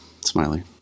Smiley